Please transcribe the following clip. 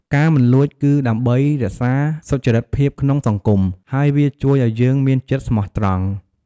ការមិនលួច គឺដើម្បីរក្សាសុចរិតភាពក្នុងសង្គម ហើយវាជួយឲ្យយើងមានចិត្តស្មោះត្រង់។